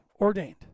ordained